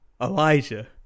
Elijah